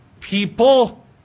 people